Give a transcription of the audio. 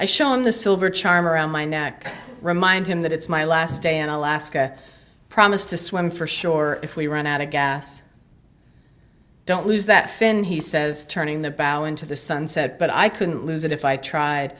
i shone the silver charm around my neck remind him that it's my last day in alaska promise to swim for shore if we run out of gas don't lose that fin he says turning the bow into the sunset but i couldn't lose it if i tried